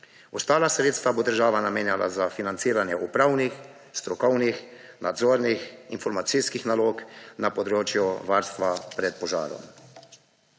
Ostala sredstva bo država namenjala za financiranje upravnih, strokovnih, nadzornih, informacijskih nalog na področju varstva pred požarom.